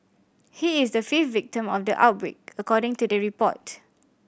he is the fifth victim of the outbreak according to the report